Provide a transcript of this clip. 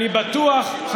נשבע לך, לא שומעים אותך.